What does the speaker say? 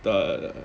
the